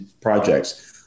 projects